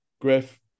Griff